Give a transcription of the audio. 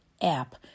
app